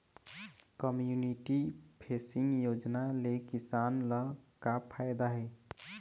Community facing योजना ले किसान ल का फायदा हे?